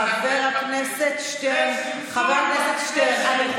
חבר הכנסת שטרן, זה